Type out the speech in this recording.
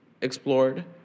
explored